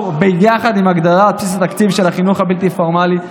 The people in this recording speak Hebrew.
ביחד עם הגדלה בבסיס התקציב של החינוך הבלתי-פורמלי.